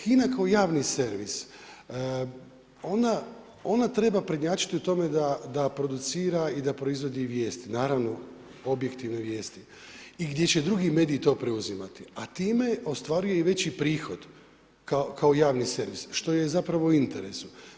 HINA kao javni servis ona treba prednjačiti u tome da producira i da proizvodi vijesti, naravno objektivne vijesti i gdje će drugi mediji to preuzimati, a time ostvaruje i veći prihod kao javni servis što joj je u interesu.